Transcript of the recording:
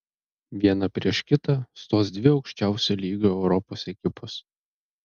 viena prieš kitą stos dvi aukščiausio lygio europos ekipos